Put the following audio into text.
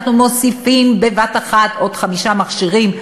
אנחנו מוסיפים בבת אחת עוד חמישה מכשירים.